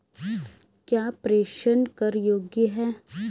क्या प्रेषण कर योग्य हैं?